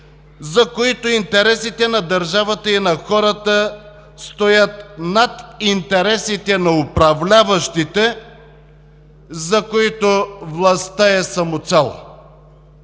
за които интересите на държавата и на хората стоят над интересите на управляващите, за които властта е самоцел.